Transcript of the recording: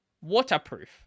Waterproof